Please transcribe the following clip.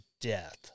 death